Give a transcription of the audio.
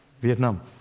Vietnam